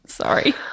Sorry